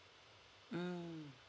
mm